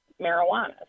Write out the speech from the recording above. marijuana